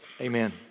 amen